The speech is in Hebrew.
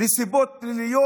לסיבות פליליות?